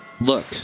look